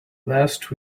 last